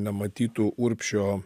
nematytų urbšio